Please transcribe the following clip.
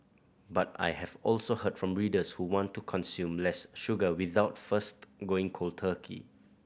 but I have also heard from readers who want to consume less sugar without first going cold turkey